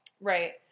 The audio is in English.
Right